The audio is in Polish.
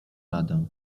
radę